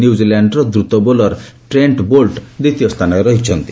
ନ୍ୟୁଜିଲାଣ୍ଡର ଦ୍ରୁତ bowler Trent Boult ଦ୍ୱିତୀୟ ସ୍ଥାନରେ ରହିଛନ୍ତି